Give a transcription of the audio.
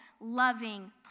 loving